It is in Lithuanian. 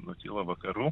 nutilo vakarų